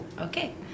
Okay